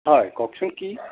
হয় কওকচোন কি